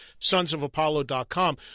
sonsofapollo.com